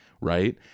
right